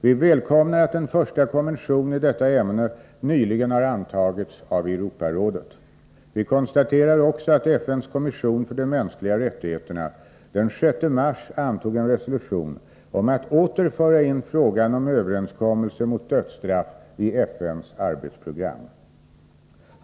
Vi välkomnar att en första konvention i detta ämne nyligen har antagits av Europarådet. Vi konstaterar också att FN:s kommission för de mänskliga rättigheterna den 6 mars antog en resolution om att åter föra in frågan om en överenskommelse mot dödsstraff i FN:s arbetsprogram.